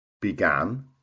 began